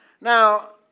Now